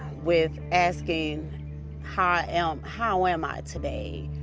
with asking how am how am i today.